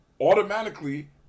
Automatically